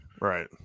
right